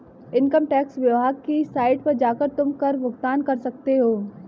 income tax विभाग की site पर जाकर तुम कर का भुगतान कर सकते हो